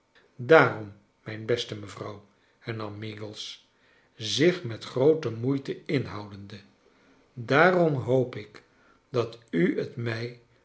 daarom mijn best mevrouw hernam meagles zich met groote moeite inhoudende daarom hoop ik dat u t mij